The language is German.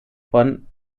von